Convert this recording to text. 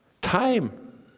Time